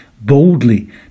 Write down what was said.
boldly